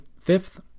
fifth